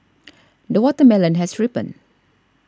the watermelon has ripened